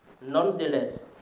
Nonetheless